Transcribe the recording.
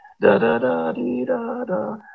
da-da-da-dee-da-da